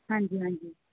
ਹਾਂਜੀ ਹਾਂਜੀ